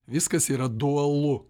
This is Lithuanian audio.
viskas yra dualu